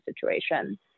situation